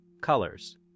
colors